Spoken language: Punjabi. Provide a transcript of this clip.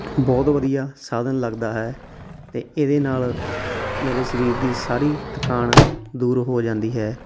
ਬਹੁਤ ਵਧੀਆ ਸਾਧਨ ਲੱਗਦਾ ਹੈ ਅਤੇ ਇਹਦੇ ਨਾਲ ਮੇਰੇ ਸਰੀਰ ਦੀ ਸਾਰੀ ਥਕਾਨ ਦੂਰ ਹੋ ਜਾਂਦੀ ਹੈ